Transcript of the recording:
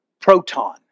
proton